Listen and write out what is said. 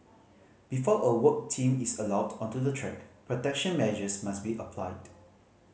before a work team is allowed onto the track protection measures must be applied